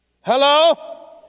Hello